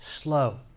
slow